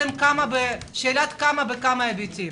שאלת ה"כמה" בכמה היבטים.